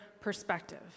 perspective